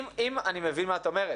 אני מבין מה שאת אומרת,